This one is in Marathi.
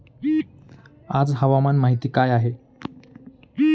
आज हवामान माहिती काय आहे?